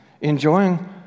enjoying